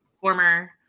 former